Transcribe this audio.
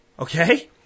Okay